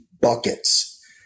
buckets